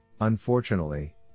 Unfortunately